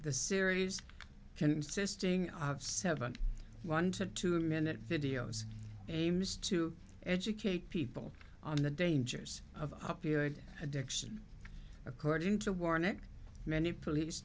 the series consisting of seven one to two minute videos aims to educate people on the dangers of addiction according to warneke many police